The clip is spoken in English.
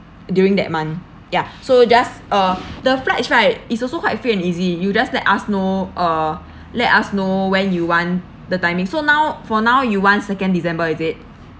during that month ya so just uh the flights right it's also quite free and easy you just let us know uh let us know when you want the timing so now for now you want second december is it